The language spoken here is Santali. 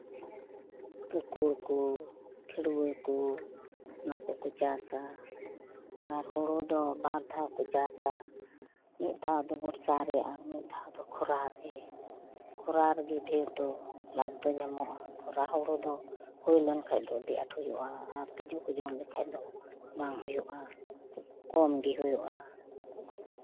ᱠᱟᱠᱚᱲ ᱠᱚ ᱠᱷᱟᱹᱲᱚᱣᱟᱹ ᱠᱚ ᱚᱱᱟ ᱠᱚᱠᱚ ᱪᱟᱥᱼᱟ ᱟᱨ ᱦᱩᱲᱩ ᱫᱚ ᱵᱟᱨ ᱫᱷᱟᱣ ᱠᱚ ᱪᱟᱥᱼᱟ ᱢᱤᱫ ᱫᱷᱟᱣ ᱫᱚ ᱵᱚᱨᱥᱟ ᱨᱮ ᱟᱨ ᱢᱤᱫ ᱫᱷᱟᱣ ᱫᱚ ᱠᱷᱚᱨᱟ ᱨᱮ ᱠᱷᱚᱨᱟ ᱨᱮᱜᱮ ᱰᱷᱮᱨ ᱫᱚ ᱞᱟᱵᱷ ᱫᱚ ᱧᱟᱢᱚᱜᱼᱟ ᱠᱷᱚᱨᱟ ᱦᱩᱲᱩ ᱫᱚ ᱦᱩᱭ ᱞᱮᱱᱠᱷᱟᱱ ᱫᱚ ᱟᱹᱰᱤ ᱟᱸᱴ ᱦᱩᱭᱩᱜᱼᱟ ᱟᱨ ᱛᱤᱡᱩ ᱠᱚ ᱡᱚᱢ ᱞᱮᱠᱷᱟᱱ ᱫᱚ ᱵᱟᱝ ᱦᱩᱭᱩᱜᱼᱟ ᱠᱚᱢ ᱜᱮ ᱦᱩᱭᱩᱜᱼᱟ